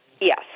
yes